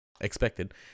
expected